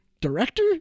director